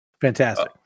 Fantastic